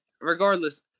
regardless